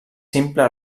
simple